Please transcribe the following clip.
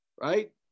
right